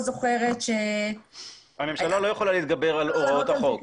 זוכרת --- הממשלה לא יכולה להתגבר על הוראות החוק.